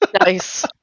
nice